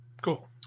cool